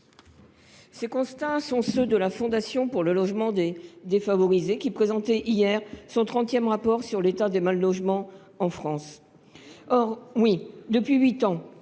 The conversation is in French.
Ces constats sont ceux de la Fondation pour le logement des défavorisés, qui présentait hier son trentième rapport sur l’état du mal logement en France. Oui, cela fait huit ans